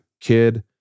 kid